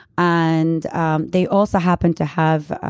and um they also happened to have